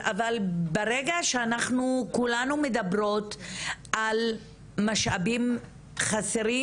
אבל ברגע שאנחנו כולנו מדברות על משאבים חסרים,